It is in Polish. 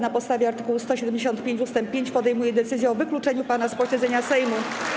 Na podstawie art. 175 ust. 5 podejmuję decyzję o wykluczeniu pana z posiedzenia Sejmu.